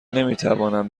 نمیتوانم